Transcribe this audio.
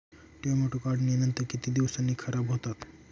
Tomato काढणीनंतर किती दिवसांनी खराब होतात?